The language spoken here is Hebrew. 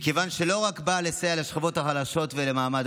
מכיוון שלא רק שהיא באה לסייע לשכבות החלשות ולמעמד